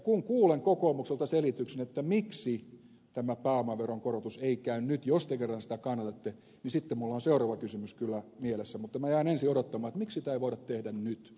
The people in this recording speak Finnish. kun kuulen kokoomukselta selityksen miksi tämä pääomaveron korotus ei käy nyt jos te kerran sitä kannatatte sitten minulla on seuraava kysymys kyllä mielessä mutta minä jään ensin odottamaan miksi sitä ei voida tehdä nyt